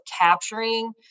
capturing